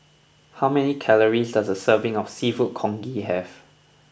how many calories does a serving of Seafood Congee have